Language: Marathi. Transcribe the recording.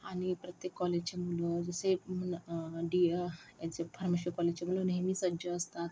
आणि प्रत्येक कॉलेजचे मुलं जसे याचे फार्मशी कॉलेजचे मुलं नेहमी सज्ज असतात